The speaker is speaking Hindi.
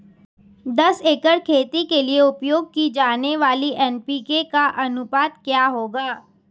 दस एकड़ खेती के लिए उपयोग की जाने वाली एन.पी.के का अनुपात क्या होगा?